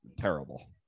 terrible